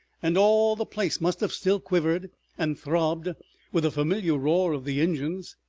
and all the place must have still quivered and throbbed with the familiar roar of the engines.